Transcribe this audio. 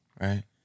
right